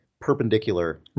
perpendicular